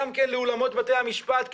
גם לאולמות בתי-המשפט,